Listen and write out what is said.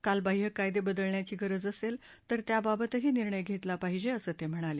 कालबाह्य कायदे बदलण्याची गरज असेल तर त्याबाबतही निर्णय घेतला पाहिजे असं ते म्हणाले